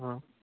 অঁ